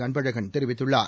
அன்பழகன் தெரிவித்துள்ளார்